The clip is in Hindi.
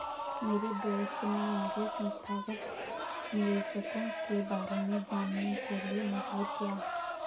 मेरे दोस्त ने मुझे संस्थागत निवेशकों के बारे में जानने के लिए मजबूर किया